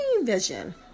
vision